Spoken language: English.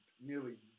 nearly